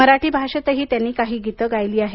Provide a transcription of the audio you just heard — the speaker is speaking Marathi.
मराठी भाषेतही त्यांनी काही गीतं गायली आहेत